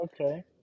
okay